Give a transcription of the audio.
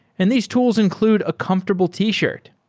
and these tools include a comfortable t-shirt.